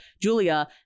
Julia